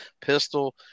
pistol